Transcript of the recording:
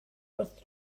wrth